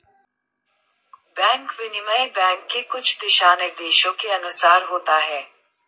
bank विनिमय bank के कुछ दिशानिर्देशों के अनुसार होता है